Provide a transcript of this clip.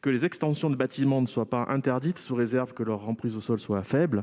que les extensions de bâtiments ne soient pas interdites, sous réserve que leur emprise au sol soit faible